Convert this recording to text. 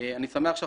מחויבים בחבישת